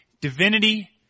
divinity